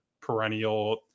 perennial